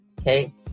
okay